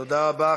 תודה רבה.